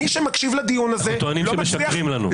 מי שמקשיב לדיון הזה לא מצליח -- אנחנו טוענים שמשקרים לנו.